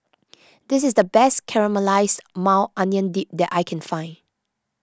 this is the best Caramelized Maui Onion Dip that I can find